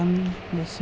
आणि बस